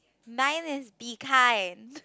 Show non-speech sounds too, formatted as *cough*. nine is be kind *laughs*